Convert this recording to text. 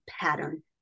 pattern